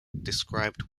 describe